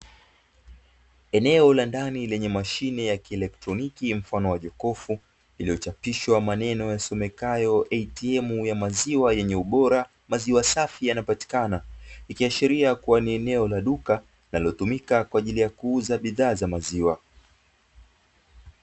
Eneo la ndani lenye mashine ya kielektroniki mfano wa jokofu iliyochapishwa maneno yasomekayo "ATM ya maziwa yenye ubora maziwa safi yanapatikana" ikiashiria ni eneo la duka linalotuimika kuuza bidhaa za maziwa.